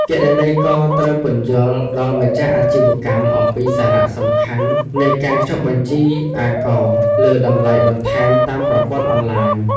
គណនេយ្យករត្រូវពន្យល់ដល់ម្ចាស់អាជីវកម្មអំពីសារៈសំខាន់នៃការចុះបញ្ជីអាករលើតម្លៃបន្ថែមតាមប្រព័ន្ធអនឡាញ។